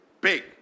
big